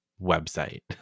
website